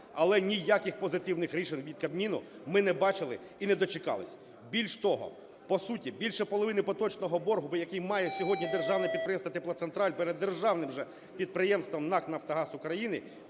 але ніяких позитивних рішень від Кабміну ми не бачили і не дочекались. Більш того, по суті більше половини поточного боргу, який сьогодні має державне підприємство "Теплоцентраль" перед державним же підприємством НАК "Нафтогаз України